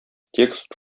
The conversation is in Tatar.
текст